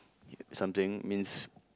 something means